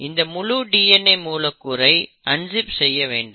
இந்த முழு DNA மூலக்கூறை அன்ஜிப் செய்ய வேண்டும்